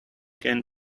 can